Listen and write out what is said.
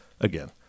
Again